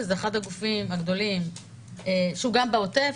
שזה אחד הגופים הגדולים שהוא גם בעוטף.